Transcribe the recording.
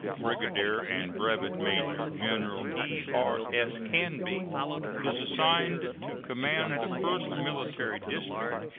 brigadier and brevet major general e r s. canby is assigned to command the first military district,